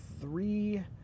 three